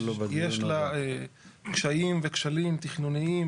יש לה קשיים וכשלים תכנוניים,